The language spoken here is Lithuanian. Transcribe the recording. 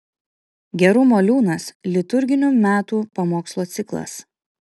gerumo liūnas liturginių metų pamokslų ciklas